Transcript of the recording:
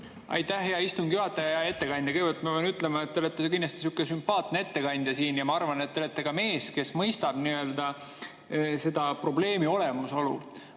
Aitäh, hea istungi juhataja! Hea ettekandja! Kõigepealt ma pean ütlema, et te olete kindlasti sihuke sümpaatne ettekandja siin ja ma arvan, et te olete ka mees, kes mõistab probleemi olemasolu.